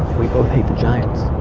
we both hate the giants.